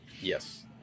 Yes